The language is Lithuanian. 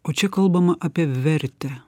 o čia kalbama apie vertę